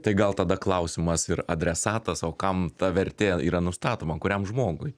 tai gal tada klausimas ir adresatas o kam ta vertė yra nustatoma kuriam žmogui